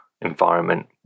environment